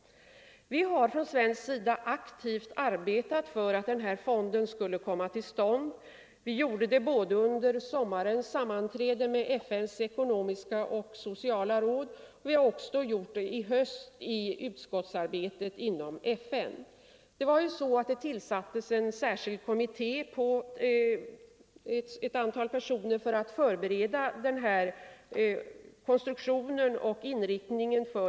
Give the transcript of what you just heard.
Vi har från svensk sida aktivt arbetat för att denna fond skulle komma till stånd. Vi gjorde det både under sommarens sammanträde med FN:s ekonomiska och sociala råd och under höstens utskottsarbete inom FN. Det tillsattes en särskild kommitté på ett antal personer för att förbereda fondens konstruktion och inriktning.